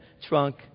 trunk